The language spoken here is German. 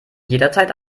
jederzeit